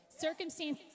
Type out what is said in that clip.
Circumstances